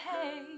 hey